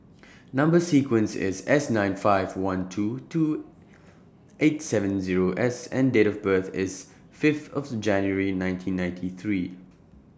Number sequence IS S nine five one two two eight seven Zero S and Date of birth IS Fifth of January nineteen ninety three